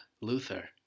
Luther